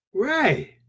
right